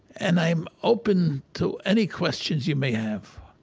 and i'm open to any questions you may have